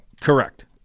Correct